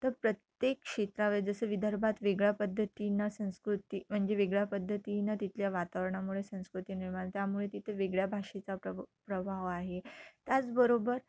तर प्रत्येक क्षेत्रावे जसं विदर्भात वेगळ्या पद्धतींना संस्कृती म्हणजे वेगळ्या पद्धतीनं तिथल्या वातावरणामुळे संस्कृती निर्माण त्यामुळे तिथे वेगळ्या भाषेचा प्रभ प्रभाव आहे त्याचबरोबर